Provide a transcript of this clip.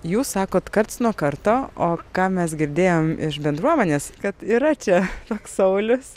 jūs sakot karts nuo karto o ką mes girdėjom iš bendruomenės kad yra čia toks saulius